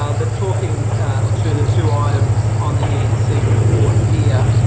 ah but talking to the two items on the e and c report here,